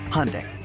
Hyundai